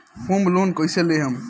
Home loan कैसे लेहम?